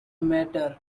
matter